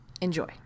enjoy